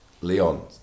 Leon